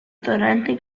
torrente